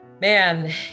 man